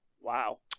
wow